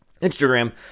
instagram